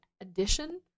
addition